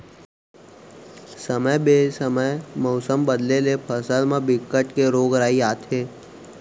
समे बेसमय मउसम बदले ले फसल म बिकट के रोग राई आथे